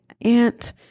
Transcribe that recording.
aunt